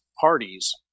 parties